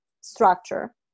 structure